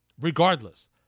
regardless